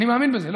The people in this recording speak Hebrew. אני מאמין בזה.